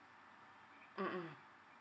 mmhmm